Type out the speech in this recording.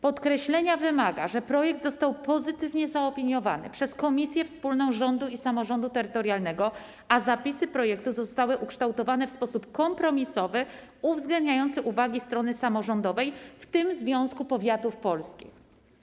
Podkreślenia wymaga, że projekt został pozytywnie zaopiniowany przez Komisję Wspólną Rządu i Samorządu Terytorialnego, a zapisy projektu zostały ukształtowane w sposób kompromisowy, uwzględniający uwagi strony samorządowej, w tym Związku Powiatów Polskich.